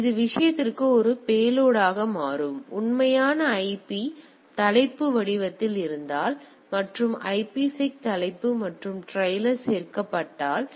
எனவே இது விஷயத்திற்கு ஒரு பேலோடாக மாறும் உண்மையான ஐபி தலைப்பு வடிவத்தில் வந்தால் குறிப்பு நேரம் 0922 மற்றும் ஐபிசெக் தலைப்பு மற்றும் டிரெய்லர் சேர்க்கப்பட்டால்